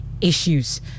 issues